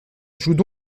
jouent